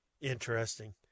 Interesting